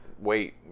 wait